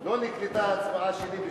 לא נקלטה ההצבעה שלי.